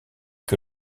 que